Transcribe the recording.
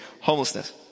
homelessness